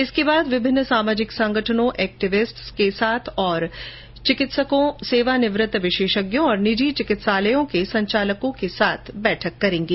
इसके बाद विभिन्न सामाजिक संगठनों एक्टिविस्ट्स के साथ और चिकित्सकों सेवानिवृत्त विशेषज्ञों और निजी चिकित्सालयों के संचालकों के साथ बैठक करेंगे